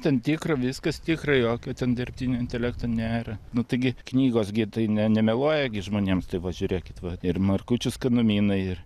ten tikra viskas tikra jokio ten dirbtinio intelekto nėra nu taigi knygos gi tai ne nemeluoja gi žmonėms tai va žiūrėkit vat ir markučių skanumynai ir